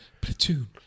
platoon